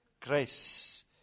Grace